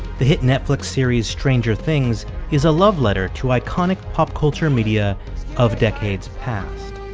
the hit netflix series stranger things is a love letter to iconic pop culture media of decades past.